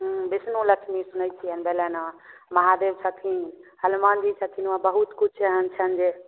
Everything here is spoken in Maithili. हूँ विष्णु लक्ष्मी सुनैत छिअनि भेलनि हँ महादेव छथिन हलुमान जी छथिन हुआँ बहुत किछु एहन छनि जे